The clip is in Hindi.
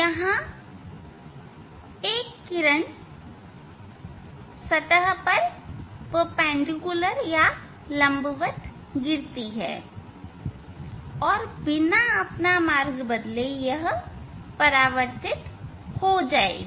यहां एक किरण सतह पर लंबवत गिरती है और यह बिना अपना मार्ग बदले परावर्तित हो जाएगी